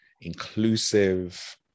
inclusive